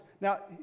Now